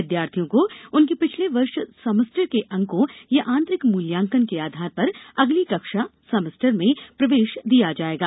विद्यार्थियों को उनके पिछले वर्ष सेमेस्टर के अंकों या आंतरिक मूल्यांकन के आधार पर अगली कक्षासेमेस्टर में प्रवेश दिया जाएगा